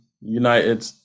United